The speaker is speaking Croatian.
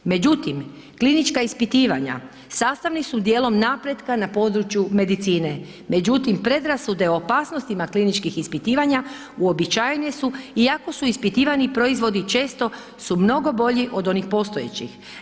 Međutim, klinička ispitivanja sastavni su dijelom napretka na području medicine, međutim predrasude o opasnostima kliničkih ispitivanja uobičajene su iako su ispitivani proizvodi često su mnogo bolji od onih postojećih.